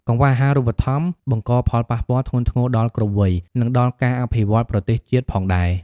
កង្វះអាហារូបត្ថម្ភបង្កផលប៉ះពាល់ធ្ងន់ធ្ងរដល់គ្រប់វ័យ និងដល់ការអភិវឌ្ឍប្រទេសជាតិផងដែរ។